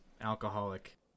alcoholic